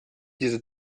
diese